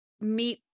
meet